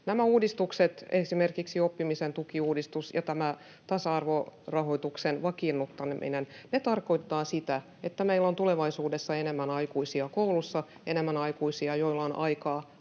Nämä uudistukset, esimerkiksi oppimisen tuen uudistus ja tämä tasa-arvorahoituksen vakiinnuttaminen, tarkoittavat sitä, että meillä on tulevaisuudessa enemmän aikuisia koulussa, enemmän aikuisia, joilla on aikaa